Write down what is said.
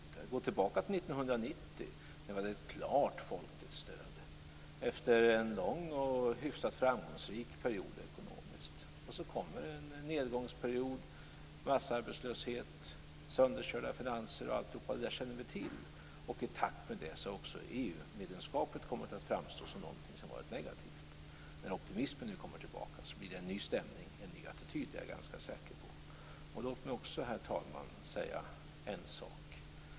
Det är bara att gå tillbaka till 1990 när vi hade ett klart folkligt stöd efter en lång och hyfsat framgångsrik period ekonomiskt. Sedan kom det en nedgångsperiod med massarbetslöshet, sönderkörda finanser och allt det vi känner till. I takt med det har även EU medlemskapet kommit att framstå som något negativt. När optimismen nu kommer tillbaka blir det en ny stämning och en ny attityd. Det är jag ganska säker på. Herr talman! Låt mig också säga en sak.